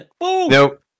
Nope